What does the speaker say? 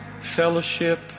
fellowship